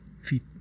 feet